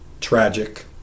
Tragic